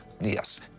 Yes